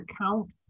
account